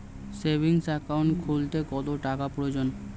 Savings account খুলতে কত টাকার প্রয়োজন?